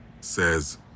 says